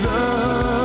Love